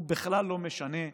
הוא בכלל לא משנה.